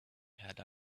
had